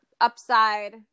upside